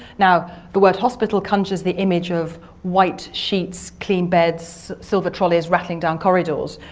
now the word hospital conjures the image of white sheets, clean beds, silver trolleys rattling down corridors,